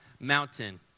mountain